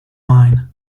mind